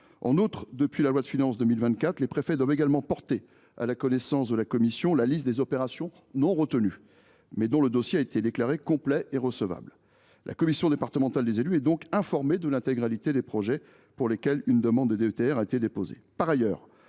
informés. Depuis la loi de finances pour 2024, les préfets doivent enfin porter à la connaissance de la commission la liste des opérations non retenues, mais dont le dossier a été déclaré complet et recevable. La commission départementale des élus est donc informée de l’intégralité des projets pour lesquels une demande de DETR a été déposée.